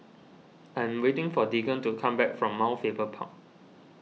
I'm waiting for Deegan to come back from Mount Faber Park